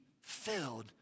filled